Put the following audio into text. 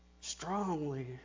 strongly